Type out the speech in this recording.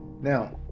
Now